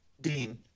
Dean